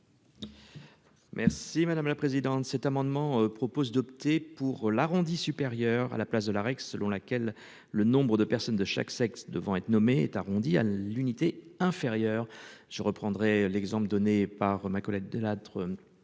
Merci madame la présidente. Cet amendement propose d'opter pour l'arrondi supérieur à la place de la règle selon laquelle le nombre de personnes de chaque sexe devant être nommé est arrondi à l'unité inférieure, je reprendrai l'exemple donné par ma collègue Delattre.